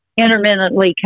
intermittently